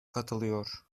katılıyor